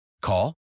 Call